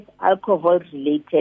alcohol-related